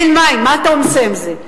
אין מים, מה אתה עושה עם זה?